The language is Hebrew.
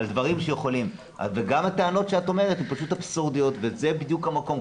וגם הטענות שאת אומרת הן פשוט אבסורדיות וזה בדיוק המקום,